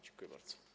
Dziękuję bardzo.